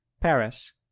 Paris